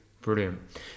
brilliant